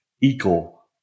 equal